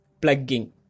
Plugging